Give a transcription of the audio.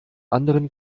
anderen